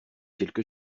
quelque